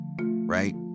right